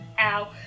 Ow